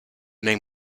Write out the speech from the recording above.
name